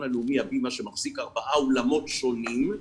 הלאומי הבימה שמחזיק ארבעה אולמות שונים,